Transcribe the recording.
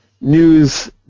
news